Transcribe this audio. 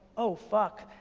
oh fuck,